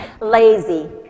lazy